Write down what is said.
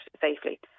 safely